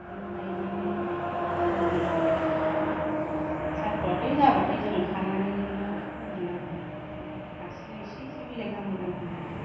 इदिनो गायनानै जोङो लाफाखौ दा जाथ'वाखै जाब्लाथाय जों खानानै इदिनो फानगोन आरो दा दासो इसे इसे बिलाइ गांनै गांथाम जादों